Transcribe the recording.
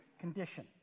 condition